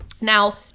Now